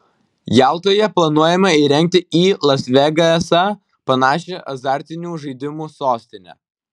jaltoje planuojama įrengti į las vegasą panašią azartinių žaidimų sostinę